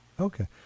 Okay